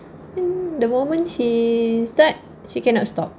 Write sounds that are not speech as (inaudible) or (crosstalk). (breath) the moment she start she cannot stop